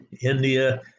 India